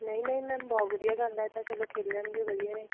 ਨਹੀਂ ਨਹੀਂ ਮੈਮ ਬਹੁਤ ਵਧੀਆ ਗੱਲ ਆ ਇਹ ਤਾਂ ਚਲੋ ਖੇਲਣਗੇ ਵਧੀਆ ਏ